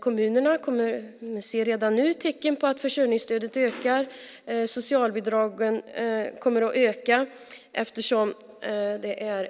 Kommunerna ser redan nu tecken på att försörjningsstödet ökar. Socialbidragen kommer att öka eftersom det är